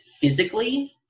physically